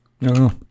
no